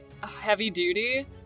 heavy-duty